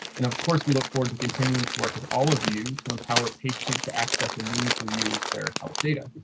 and of course, we look forward to continuing to work with all of you to empower patients to access a meaningful use their health data.